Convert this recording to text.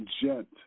Gent